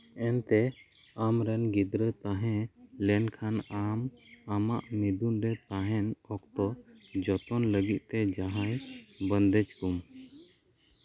ᱮᱱᱛᱮ ᱟᱢᱨᱮᱱ ᱜᱤᱫᱽᱨᱟᱹ ᱛᱟᱦᱮᱸᱞᱮᱱᱠᱷᱟᱱ ᱟᱢ ᱟᱢᱟᱜ ᱢᱤᱫᱩᱱ ᱨᱮ ᱛᱟᱦᱮᱱ ᱚᱠᱛᱚ ᱡᱚᱛᱚᱱ ᱞᱟᱹᱜᱤᱫ ᱛᱮ ᱡᱟᱦᱟᱸᱭ ᱵᱟᱱᱫᱮᱡᱠᱩᱢ